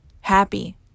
happy